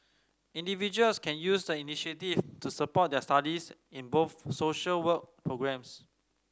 individuals can use the initiative to support their studies in both social work programmes